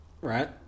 right